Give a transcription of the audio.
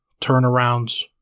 turnarounds